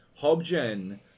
Hobgen